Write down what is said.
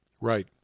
Right